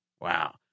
Wow